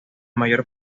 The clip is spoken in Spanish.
mayor